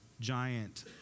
giant